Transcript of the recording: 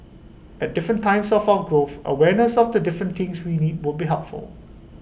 at different times of our growth awareness of the different things we need would be helpful